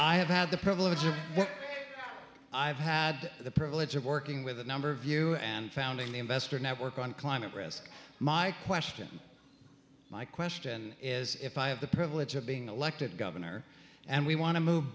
i have had the privilege of what i've had the privilege of working with a number of you and founding the investor network on climate risk my question my question is if i have the privilege of being elected governor and we want to move